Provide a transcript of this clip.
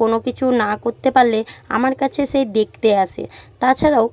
কোনো কিছু না করতে পারলে আমার কাছে সে দেখতে আসে তাছাড়াও